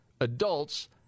Adults